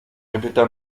répéta